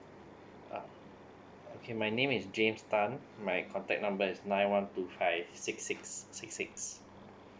uh okay my name is james tan my contact number is nine one two five six six six six